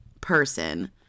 person